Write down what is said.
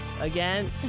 Again